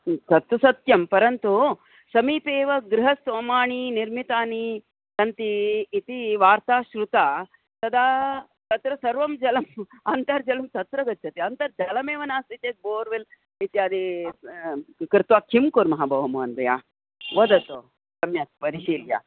तत्तु सत्यं परन्तु समीपे एव गृहसोमाणि निर्मितानि सन्ति इति वार्ता श्रुता तदा तत्र सर्वं जलम् अन्तर्जलं तत्र गच्छति अन्तर्जलमेव नास्ति चेत् बोर्वेल् इत्यादि कृत्वा किं कुर्मः भोः महोदय वदतु सम्यक् परिशील्य